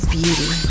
beauty